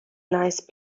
nice